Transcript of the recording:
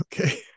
Okay